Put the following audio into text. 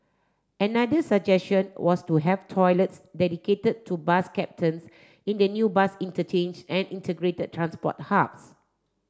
another suggestion was to have toilets dedicated to bus captains in the new bus interchange and integrated transport hubs